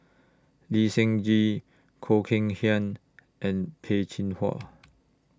Lee Seng Gee Khoo Kay Hian and Peh Chin Hua